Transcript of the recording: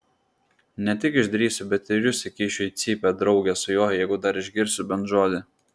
ne tik išdrįsiu bet ir jus įkišiu į cypę drauge su juo jeigu dar išgirsiu bent žodį